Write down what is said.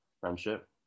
friendship